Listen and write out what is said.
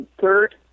Third